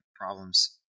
problems